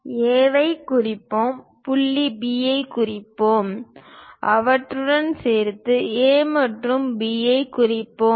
A ஐ குறிப்போம் புள்ளி B ஐக் குறிப்போம் அவற்றுடன் சேர்ந்து A மற்றும் B ஐக் குறிப்போம்